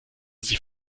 sich